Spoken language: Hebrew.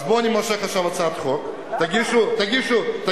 אני מושך עכשיו את הצעת החוק, תגישו ערעור